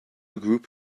group